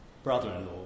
brother-in-law